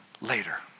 later